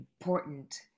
important